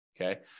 okay